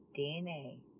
DNA